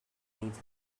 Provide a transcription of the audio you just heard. needs